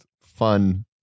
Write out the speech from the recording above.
fun